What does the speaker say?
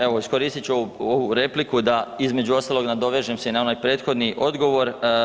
Evo, iskoristit ću ovu repliku da između ostalog dovežem se i na onaj prethodni odgovor.